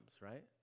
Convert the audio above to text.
right